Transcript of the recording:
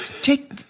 take